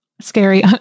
scary